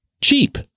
cheap